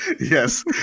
Yes